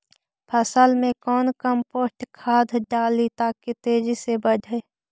फसल मे कौन कम्पोस्ट खाद डाली ताकि तेजी से बदे?